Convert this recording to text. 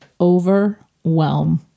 Overwhelm